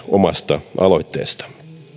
omasta aloitteesta